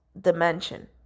dimension